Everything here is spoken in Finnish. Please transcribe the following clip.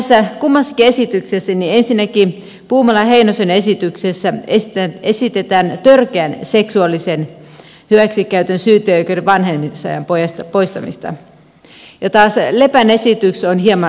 näissä kummassakin esityksessä ensinnäkin puumalan ja heinosen esityksessä esitetään törkeän seksuaalisen hyväksikäytön syyteoikeuden vanhenemisajan poistamista ja taas lepän esitys on hieman laajempi